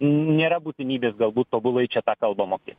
nėra būtinybės galbūt tobulai čia tą kalbą mokėt